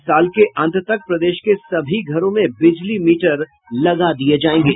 और साल के अंत तक प्रदेश के सभी घरों में बिजली मीटर लगा दिये जायेंगे